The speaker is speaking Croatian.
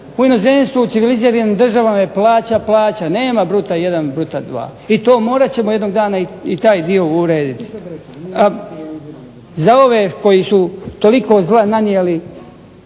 U inozemstvu, u civiliziranim državama je plaća plaća. Nema bruta jedan i bruta dva. I to morat ćemo jednog dana i taj dio urediti. A za ove koji su toliko zla nanijeli,